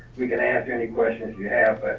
we can answer any questions you have. but